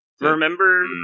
remember